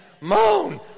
moan